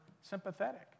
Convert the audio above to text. sympathetic